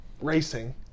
racing